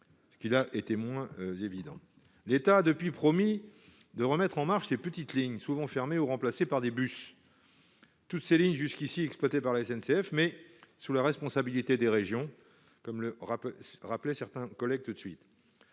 ce qu'il a été moins évident, l'État a depuis promis de remettre en marche les petites lignes souvent fermé ou remplacé par des bus toutes ces lignes jusqu'ici exploitée par la SNCF, mais sur la responsabilité des régions comme le rap rappeler certains collègues tout de suite,